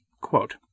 Quote